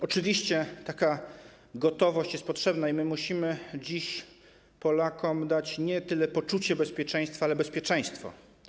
Oczywiście taka gotowość jest potrzebna i musimy dziś Polakom dać nie tyle poczucie bezpieczeństwa, co bezpieczeństwo.